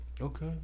Okay